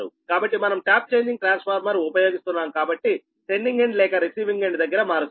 కాబట్టి మనం tap changing transformer ఉపయోగిస్తున్నాం కాబట్టి సెండింగ్ ఎండ్ లేక రిసీవింగ్ ఎండ్ దగ్గర మారుస్తాము